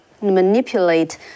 Manipulate